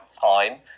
time